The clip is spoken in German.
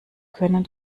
können